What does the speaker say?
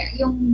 yung